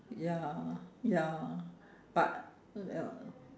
ya ya but ya